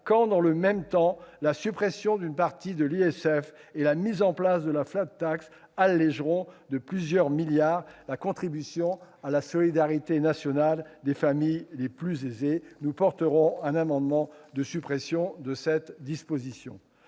quand dans le même temps la suppression d'une partie de l'ISF et la mise en place de la allégeront de plusieurs milliards d'euros la contribution à la solidarité nationale des familles les plus aisées. Nous présenterons un amendement visant à supprimer cette disposition.